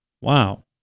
Wow